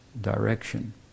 direction